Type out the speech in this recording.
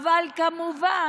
לוין?